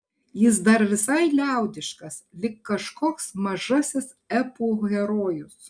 jis dar visai liaudiškas lyg kažkoks mažasis epų herojus